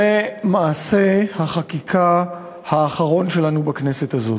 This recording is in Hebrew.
זה מעשה החקיקה האחרון שלנו בכנסת הזאת.